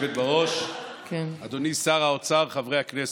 גברתי היושבת בראש, אדוני שר האוצר, חברי הכנסת,